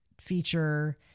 Feature